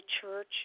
church